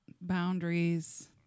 Boundaries